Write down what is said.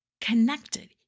connected